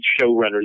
showrunners